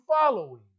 following